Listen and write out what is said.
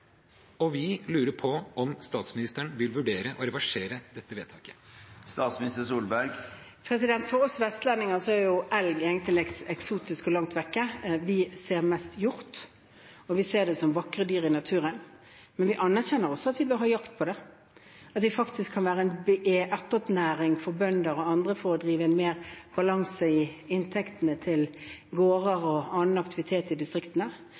og vi lurer på om statsministeren vil vurdere å reversere dette vedtaket. For oss vestlendinger er elg egentlig litt eksotisk og noe langt vekk. Vi ser mest hjort, og vi ser dem som vakre dyr i naturen, men vi anerkjenner også at vi bør ha jakt på dem. Det kan være en attåtnæring for bønder og andre for å få bedre balanse i inntektene på gårdene og en aktivitet i distriktene,